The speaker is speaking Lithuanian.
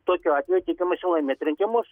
tokiu atveju tikimasi laimėt rinkimus